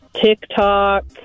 TikTok